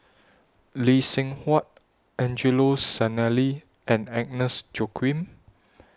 Lee Seng Huat Angelo Sanelli and Agnes Joaquim